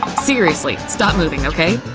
um seriously, stop moving, okay?